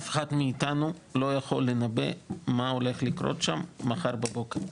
אף אחד מאיתנו לא יכול לנבא מה הולך לקרות שם מחר בבוקר,